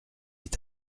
est